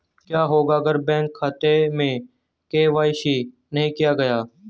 क्या होगा अगर बैंक खाते में के.वाई.सी नहीं किया गया है?